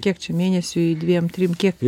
kiek čia mėnesiui dviem trim kiek